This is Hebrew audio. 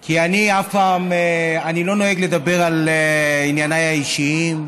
כי אני לא נוהג לדבר על ענייניי האישיים,